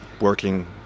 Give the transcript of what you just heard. working